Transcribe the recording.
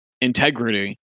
integrity